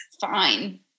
fine